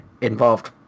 involved